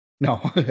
No